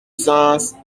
sens